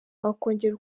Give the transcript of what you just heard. wakongera